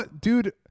dude